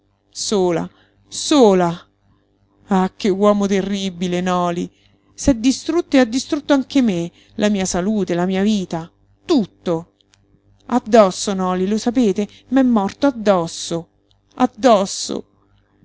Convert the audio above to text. sola sola ah che uomo terribile noli s'è distrutto e ha distrutto anche me la mia salute la mia vita tutto addosso noli lo sapete m'è morto addosso addosso